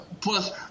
Plus